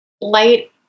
light